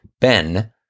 Ben